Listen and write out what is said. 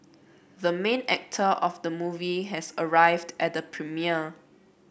the main actor of the movie has arrived at the premiere